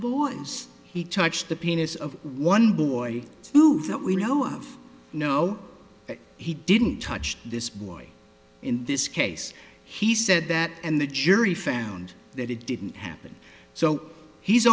boys he touched the penis of one boy move that we know of no he didn't touch this boy in this case he said that and the jury found that it didn't happen so he's